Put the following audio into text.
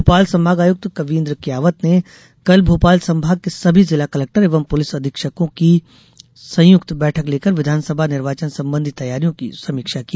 भोपाल संभागायुक्त कवीन्द्र कियावत ने कल भोपाल संभाग के सभी जिला कलेक्टर एवं पुलिस अधीक्षकों की संयुक्त बैठक लेकर विधानसभा निर्वाचन संबंधी तैयारियों की समीक्षा की